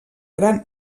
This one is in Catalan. gran